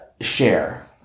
share